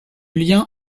lien